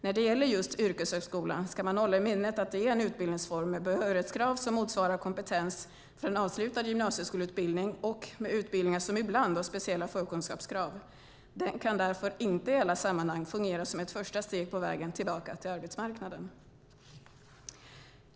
När det gäller just yrkeshögskolan ska man hålla i minnet att det är en utbildningsform med behörighetskrav som motsvarar kompetens från avslutad gymnasieskoleutbildning och med utbildningar som ibland har speciella förkunskapskrav. Den kan därför inte i alla sammanhang fungera som ett första steg på vägen tillbaka till arbetsmarknaden.